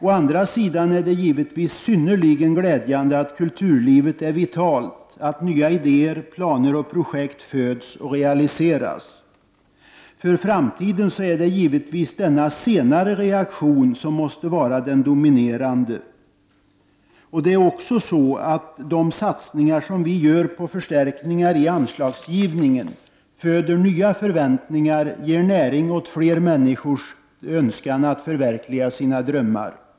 Å andra sidan är det naturligtvis synnerligen glädjande att kulturlivet är så vitalt, att nya idéer, planer och projekt föds och realiseras. För framtiden är det givetvis denna senare reaktion som måste vara den dominerande. De satsningar som vi gör på förstärkningar i anslagsgivningen föder också nya förväntningar och ger näring åt fler människors önskan att förverkliga sina drömmar.